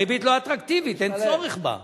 הריבית לא אטרקטיבית, אין צורך בה.